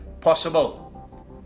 possible